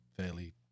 fairly